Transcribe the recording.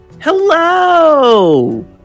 Hello